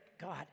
god